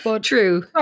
True